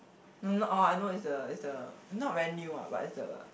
no not all I know it's the it's the not very new ah but it's the